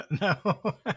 no